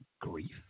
grief